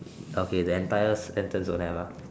okay then entire sentence don't have ah